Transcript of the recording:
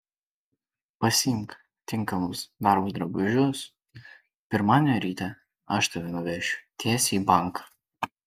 pasiimk tinkamus darbui drabužius pirmadienio ryte aš tave nuvešiu tiesiai į banką